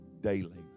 daily